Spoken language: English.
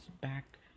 back